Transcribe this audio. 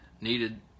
needed